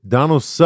Donald